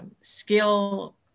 skill